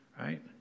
right